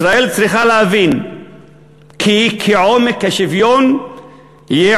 ישראל צריכה להבין כי כעומק השוויון יהיה